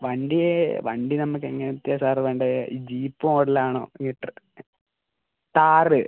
വണ്ടി വണ്ടി നമുക്ക് എങ്ങനത്തെയാണ് സാർ വേണ്ടത് ജീപ്പ് മോഡൽ ആണോ ഹീറ്റർ താർ